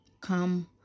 come